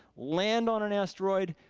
land on an asteroid,